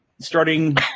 starting